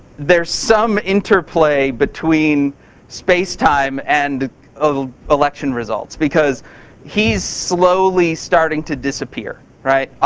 there's some interplay between space time and ah election results because he's slowly starting to disappear.